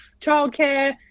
childcare